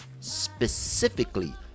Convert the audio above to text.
specifically